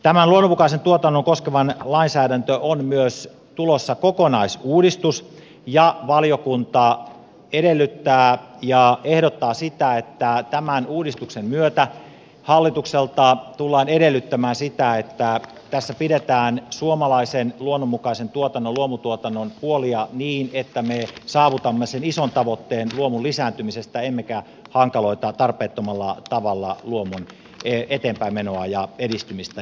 tähän luonnonmukaista tuotantoa koskevaan lainsäädäntöön on tulossa myös kokonaisuudistus ja valiokunta edellyttää ja ehdottaa sitä että tämän uudistuksen myötä hallitukselta tullaan edellyttämään sitä että tässä pidetään suomalaisen luonnonmukaisen tuotannon luomutuotannon puolia niin että me saavutamme sen ison tavoitteen luomun lisääntymisestä emmekä hankaloita tarpeettomalla tavalla luomun eteenpäinmenoa ja edistymistä